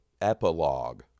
epilogue